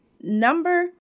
Number